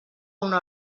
una